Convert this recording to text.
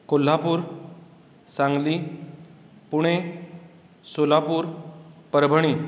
Kolhapur Sangli Pune Solapur Parbhani